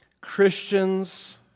Christians